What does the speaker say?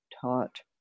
taught